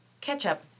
ketchup